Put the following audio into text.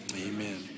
amen